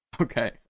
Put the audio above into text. Okay